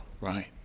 Right